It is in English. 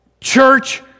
church